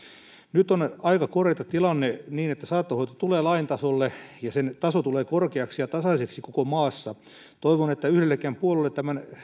nyt on on aika korjata tilanne niin että saattohoito tulee lain tasolle ja sen taso tulee korkeaksi ja tasaiseksi koko maassa toivon että yhdellekään puolueelle tämän